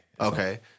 Okay